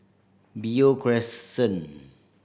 Beo Crescent